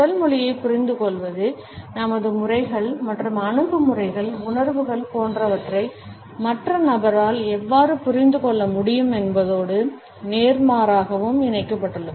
உடல் மொழியைப் புரிந்துகொள்வது நமது முறைகள் மற்றும் அணுகுமுறைகள் உணர்வுகள் போன்றவற்றை மற்ற நபரால் எவ்வாறு புரிந்து கொள்ள முடியும் என்பதோடு நேர்மாறாகவும் இணைக்கப்பட்டுள்ளது